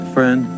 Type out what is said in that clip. Friend